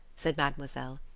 said mademoiselle.